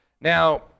Now